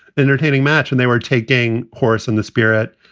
entertaining match and they were taking horse in the spirit.